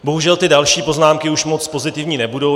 Bohužel ty další poznámky už moc pozitivní nebudou.